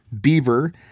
beaver